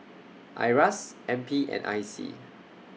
IRAS N P and I C